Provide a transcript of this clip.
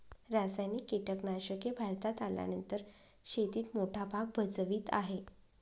रासायनिक कीटनाशके भारतात आल्यानंतर शेतीत मोठा भाग भजवीत आहे